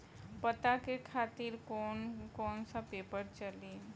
पता के खातिर कौन कौन सा पेपर चली?